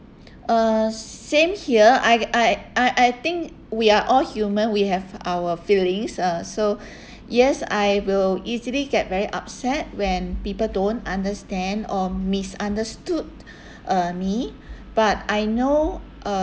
uh same here I I I I think we are all human we have our feelings uh so yes I will easily get very upset when people don't understand or misunderstood uh me but I know